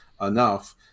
enough